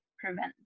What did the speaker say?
prevent